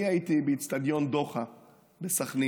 אני הייתי באצטדיון דוחא בסח'נין,